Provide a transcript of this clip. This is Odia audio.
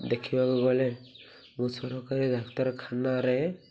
ଦେଖିବାକୁ ଗଲେ ମୁଁ ସରକାରୀ ଡାକ୍ତରଖାନାରେ